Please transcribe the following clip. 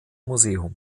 museum